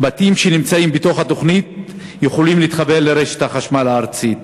בתים שנמצאים בתוך התוכנית יכולים להתחבר לרשת החשמל הארצית.